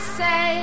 say